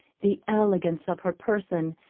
the elegance of her person,